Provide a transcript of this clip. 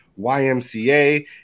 YMCA